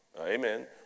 amen